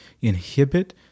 inhibit